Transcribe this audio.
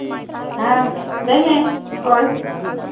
ᱦᱮᱸ ᱞᱟᱹᱭ ᱢᱮ ᱚᱠᱚᱭ